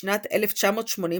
בשנת 1988,